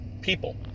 people